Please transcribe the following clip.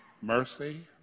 Mercy